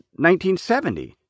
1970